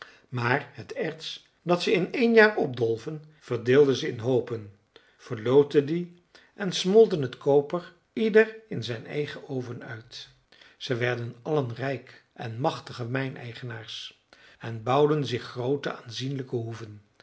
maar het erts dat ze in één jaar opdolven verdeelden ze in hoopen verlootten die en smolten het koper ieder in zijn eigen oven uit ze werden allen rijk en machtige mijneigenaars en bouwden zich groote aanzienlijke hoeven